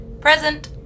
Present